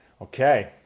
Okay